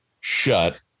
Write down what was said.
shut